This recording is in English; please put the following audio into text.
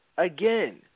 Again